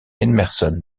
emerson